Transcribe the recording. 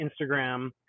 Instagram